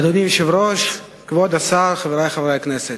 אדוני היושב-ראש, כבוד השר, חברי חברי הכנסת,